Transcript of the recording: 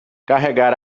carregar